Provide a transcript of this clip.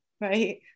right